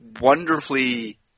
wonderfully